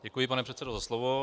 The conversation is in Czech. Děkuji, pane předsedo, za slovo.